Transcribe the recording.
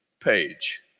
page